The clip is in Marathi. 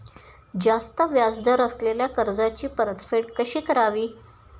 जास्त व्याज दर असलेल्या कर्जाची परतफेड कशी करावी?